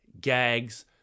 gags